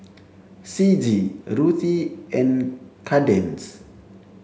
Ciji Ruthe and Kadence